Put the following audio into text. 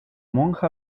monja